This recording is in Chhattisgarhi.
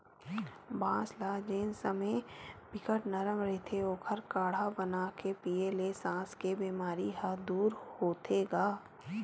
बांस ल जेन समे बिकट नरम रहिथे ओखर काड़हा बनाके पीए ल सास के बेमारी ह दूर होथे गा